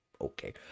okay